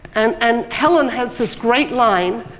and and helen has this great line,